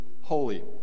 holy